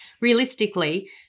Realistically